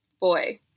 boy